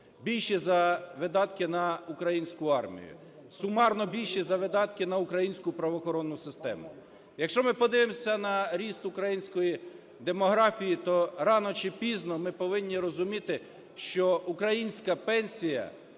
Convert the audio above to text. більші за видатки на українську армію, сумарно більші за видатки на українську правоохоронну систему. Якщо ми подивимося на ріст української демографії, то рано чи пізно ми повинні розуміти, що українська пенсія